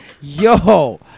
Yo